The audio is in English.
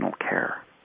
care